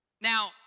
Now